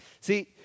See